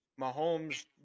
Mahomes